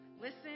listen